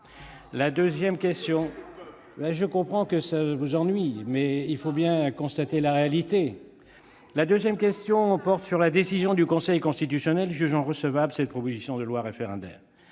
La deuxième question porte sur la décision du Conseil constitutionnel jugeant recevable cette proposition de loi référendaire.